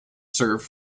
serve